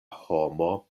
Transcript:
homo